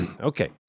okay